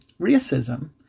Racism